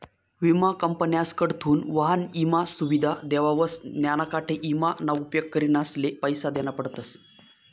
विमा कंपन्यासकडथून वाहन ईमा सुविधा देवावस त्यानासाठे ईमा ना उपेग करणारसले पैसा देना पडतस